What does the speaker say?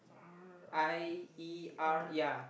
R I E R